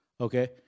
okay